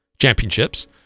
championships